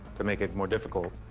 to make it more difficult.